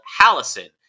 Hallison